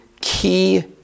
key